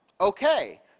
okay